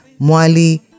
Mwali